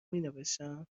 مینوشتم